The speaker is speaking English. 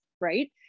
right